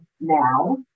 now